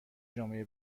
جمعه